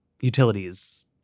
utilities